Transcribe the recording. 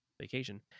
vacation